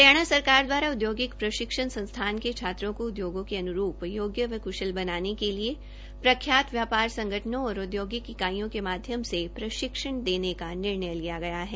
हरियाणा सरकार दवारा औदयोगिक प्रशिक्षण संस्थान के छात्रों को उदयोगों के अन्रूप योग्य व क्शल बनाने के लिए प्रख्यात व्यापार संगठनों और औदयोगिक इकाइयों के माध्यम से प्रशिक्षण देने का निर्णय लिया गया है